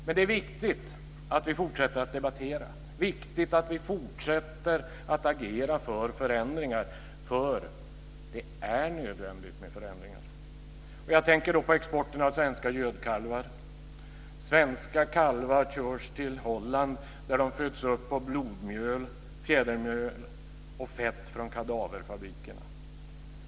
Men det är viktigt att vi fortsätter att debattera och att agera för förändringar, för sådana är nödvändiga. Jag tänker då på exporten av svenska gödkalvar. Svenska kalvar körs till Holland, där de föds upp på blodmjöl, fjädermjöl och fett från kadaverfabrikerna.